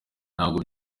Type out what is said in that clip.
ntabwo